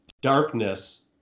darkness